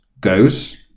goes